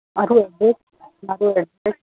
મારુ એડ્રેસ મારુ એડ્રેસ